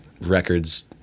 records